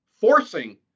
forcing